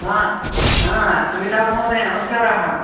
हा हा अमिताब् महोदय नमस्काराः